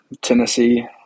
Tennessee